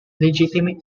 legitimate